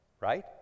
right